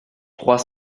trois